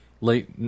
late